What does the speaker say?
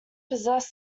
possess